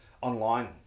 online